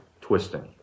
twisting